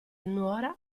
nuora